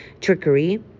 trickery